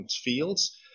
fields